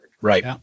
Right